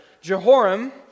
Jehoram